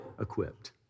equipped